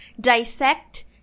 dissect